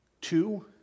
Two